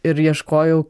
ir ieškojau